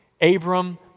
Abram